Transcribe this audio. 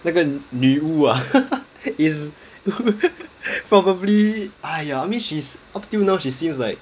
那个女巫 ah is probably !aiya! I mean she's up till now she seems like